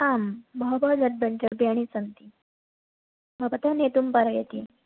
आं बहवः द्रव्याणि सन्ति भवतः नेतुं पारयति